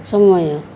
ସମୟ